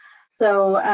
so,